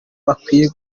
bakwiye